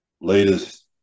leaders